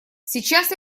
сейчас